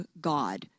God